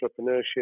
entrepreneurship